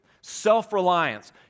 self-reliance